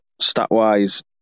stat-wise